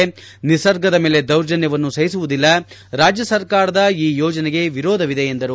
ನಿಸರ್ಗದ ಮೇಲೆ ದೌರ್ಜನ್ಣವನ್ನು ಸಹಿಸುವುದಿಲ್ಲರಾಜ್ಜ ಸರ್ಕಾರದ ಯೋಜನೆಗೆ ವಿರೋಧವಿದೆ ಎಂದರು